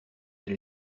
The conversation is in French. elle